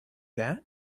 that